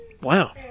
Wow